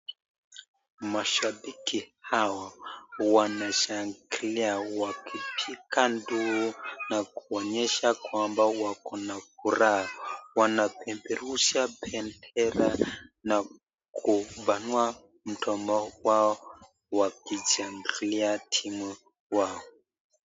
Mashabiki hawa wameshangilia na kupia nduru wakionyesha kwamba wako na furaha, wanapeperusha bendera na kupanua mdomo wao wakishangilia timu wao.